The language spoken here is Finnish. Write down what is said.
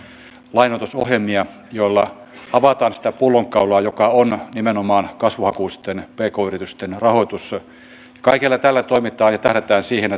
lainoitusohjelmia joilla avataan sitä pullonkaulaa joka on nimenomaan kasvuhakuisten pk yritysten rahoitus kaikella tällä toiminnalla tähdätään siihen